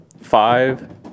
five